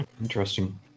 Interesting